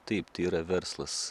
taip tai yra verslas